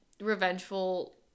revengeful